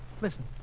Listen